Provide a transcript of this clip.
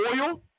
oil